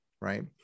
right